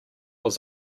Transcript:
was